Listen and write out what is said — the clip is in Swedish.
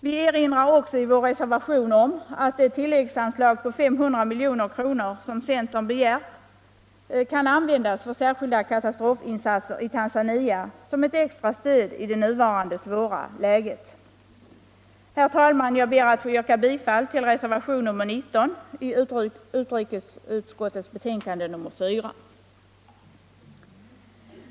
Vi erinrar också i reservationen om att ett tilläggsanslag på 500 milj.kr. som centern har begärt kan användas för särskilda katastrofinsatser i Tanzania som ett extra stöd i det nuvarande svåra läget. Herr talman! Jag ber att få yrka bifall till reservationen 19 i utrikesutskottets betänkande nr 4.